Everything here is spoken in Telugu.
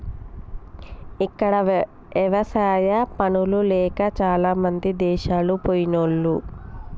ఇక్కడ ఎవసాయా పనులు లేక చాలామంది దేశాలు పొయిన్లు